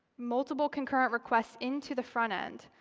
multiple concurrent requests into the front end.